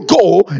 go